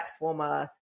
platformer